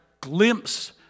glimpse